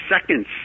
seconds